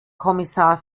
kommissar